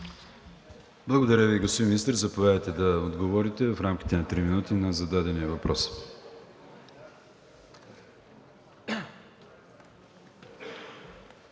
Благодаря Ви. Господин Министър, заповядайте да отговорите в рамките на три минути на зададения въпрос.